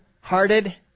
hearted